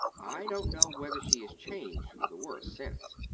i don't know whether she has changed for the worse since.